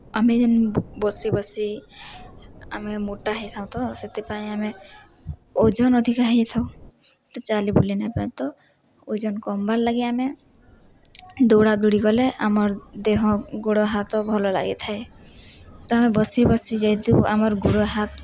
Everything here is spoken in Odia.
ଆମେ ଯେନ୍ ବସି ବସି ଆମେ ମୋଟା ହେଇଥାଉ ତ ସେଥିପାଇଁ ଆମେ ଓଜନ ଅଧିକା ହେଇଯାଇଥାଉ ତ ଚାଲି ବୁଲି ନାଇପାରୁ ତ ଓଜନ କମ୍ବାର୍ଲାଗି ଆମେ ଦୌଡ଼ାଦୌଡ଼ି କଲେ ଆମର୍ ଦେହ ଗୁଡ଼ ହାତ ଭଲ ଲାଗିଥାଏ ତ ଆମେ ବସି ବସି ଯେହେତୁ ଆମର୍ ଗୋଡ଼ ହାତ୍